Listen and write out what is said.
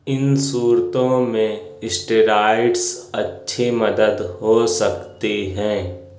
ان صورتوں میں اسٹیرائڈس اچھی مدد ہو سکتی ہیں